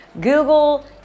Google